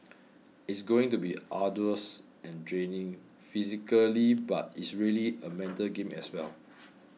it's going to be arduous and draining physically but it's really a mental game as well